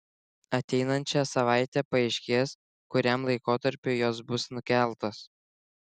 ateinančią savaitę paaiškės kuriam laikotarpiui jos bus nukeltos